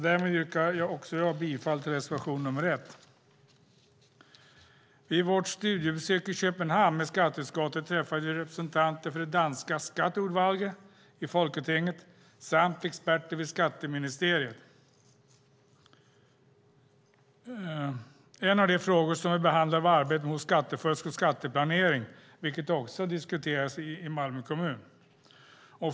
Därmed yrkar jag bifall till reservation nr 1. Vid vårt studiebesök med skatteutskottet i Köpenhamn träffade vi representanter för det danska skatteudvalget i Folketinget samt experter vid skatteministeriet. En av de frågor som vi behandlade var arbetet mot skattefusk och skatteplanering, vilket också diskuterades i Malmö kommun.